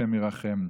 השם ירחם.